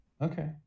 Okay